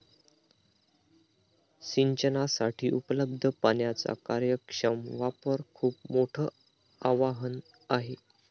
सिंचनासाठी उपलब्ध पाण्याचा कार्यक्षम वापर खूप मोठं आवाहन आहे